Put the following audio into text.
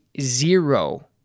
zero